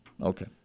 Okay